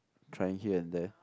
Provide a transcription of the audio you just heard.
trying here and there